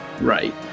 right